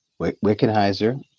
Wickenheiser